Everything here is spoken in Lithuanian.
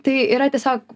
tai yra tiesiog